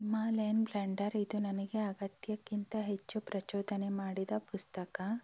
Himalayan blunder ಇದು ನನಗೆ ಅಗತ್ಯಕ್ಕಿಂತ ಹೆಚ್ಚು ಪ್ರಚೋದನೆ ಮಾಡಿದ ಪುಸ್ತಕ